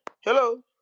hello